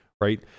right